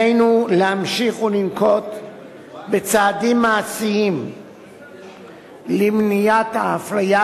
עלינו להמשיך ולנקוט צעדים מעשיים למניעת האפליה